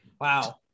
wow